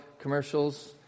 commercials